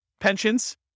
Pensions